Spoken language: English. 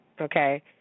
Okay